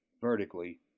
vertically